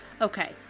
Okay